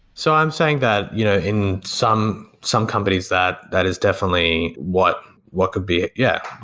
so i'm saying that you know in some some companies, that that is definitely what what could be yeah,